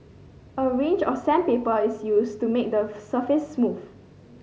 a range of sandpaper is used to make the surface smooth